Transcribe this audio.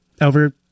over